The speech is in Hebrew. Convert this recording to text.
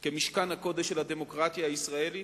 כמשכן הקודש של הדמוקרטיה הישראלית.